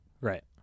Right